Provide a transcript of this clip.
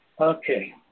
Okay